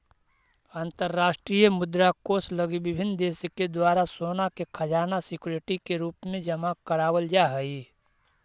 अंतरराष्ट्रीय मुद्रा कोष लगी विभिन्न देश के द्वारा सोना के खजाना सिक्योरिटी के रूप में जमा करावल जा हई